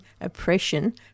oppression